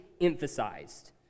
emphasized